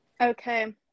Okay